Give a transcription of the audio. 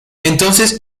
entonces